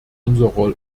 unserer